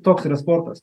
toks yra sportas